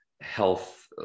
health